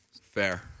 fair